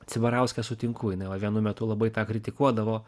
cibarauske sutinku jinai va vienu metu labai tą kritikuodavo